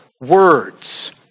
words